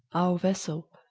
our vessel,